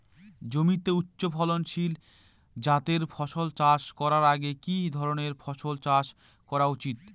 জমিতে উচ্চফলনশীল জাতের ফসল চাষ করার আগে কি ধরণের ফসল চাষ করা উচিৎ?